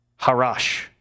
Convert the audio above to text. harash